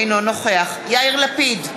אינו נוכח יאיר לפיד,